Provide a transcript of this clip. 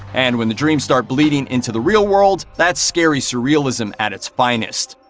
and when the dreams start bleeding into the real world, that's scary surrealism at its finest.